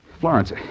Florence